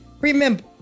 Remember